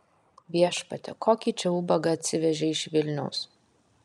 viešpatie kokį čia ubagą atsivežei iš vilniaus